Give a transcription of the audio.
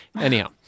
Anyhow